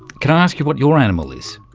could i ask you what your animal is?